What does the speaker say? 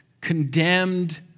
condemned